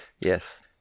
Yes